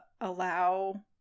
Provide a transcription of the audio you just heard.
allow